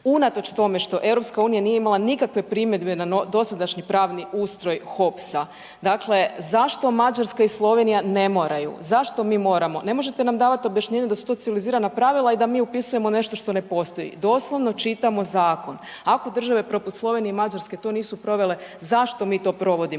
unatoč tome što EU nije imala nikakve primjedbe na dosadašnji pravni ustroj HOPS-a. Dakle, zašto Mađarska i Slovenija ne moraju, zašto mi moramo? Ne možete nam davati objašnjenje da su to civilizirana pravila i da mi upisujemo nešto što ne postoji. Doslovno čitamo zakon. Ako države poput Slovenije i Mađarske to nisu provele, zašto mi to provodimo?